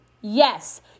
Yes